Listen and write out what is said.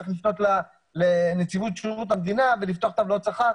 צריך לפנות לנציבות שירות המדינה ולפתוח טבלאות שכר.